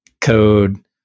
code